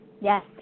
Yes